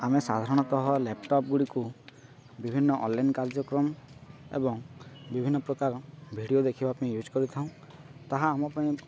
ଆମେ ସାଧାରଣତଃ ଲ୍ୟାପ୍ଟପ୍ ଗୁଡ଼ିକୁ ବିଭିନ୍ନ ଅନ୍ଲାଇନ୍ କାର୍ଯ୍ୟକ୍ରମ ଏବଂ ବିଭିନ୍ନ ପ୍ରକାର ଭିଡ଼ିଓ ଦେଖିବା ପାଇଁ ୟୁଜ୍ କରିଥାଉ ତାହା ଆମ ପାଇଁ